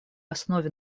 основе